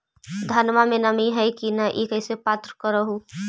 धनमा मे नमी है की न ई कैसे पात्र कर हू?